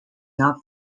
not